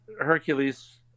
Hercules